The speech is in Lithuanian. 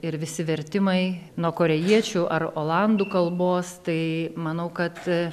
ir visi vertimai nuo korėjiečių ar olandų kalbos tai manau kad